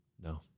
No